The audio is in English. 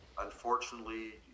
unfortunately